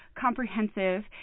comprehensive